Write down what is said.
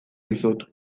dizut